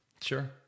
sure